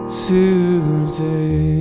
today